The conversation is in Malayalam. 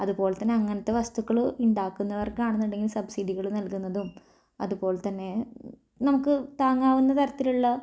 അതുപോലെ തന്നെ അങ്ങനത്തെ വസ്തുക്കൾ ഉണ്ടാക്കുന്നവർക്കാണെന്നുണ്ടെങ്കിൽ സബ്സിഡികൾ നൽകുന്നതും അതുപോലെ തന്നെ നമുക്ക് താങ്ങാവുന്ന തരത്തിലുള്ള